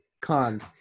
Con